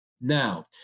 now